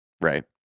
right